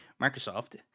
microsoft